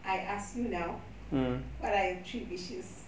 I ask you now what are your three wishes